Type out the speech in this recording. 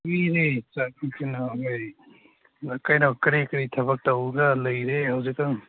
ꯀꯩꯅꯣ ꯀꯔꯤ ꯀꯩꯅꯣ ꯀꯔꯤ ꯀꯔꯤ ꯊꯕꯛ ꯇꯧꯔꯒ ꯂꯩꯔꯦ ꯍꯧꯖꯤꯛꯀꯥꯟ